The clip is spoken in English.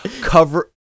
cover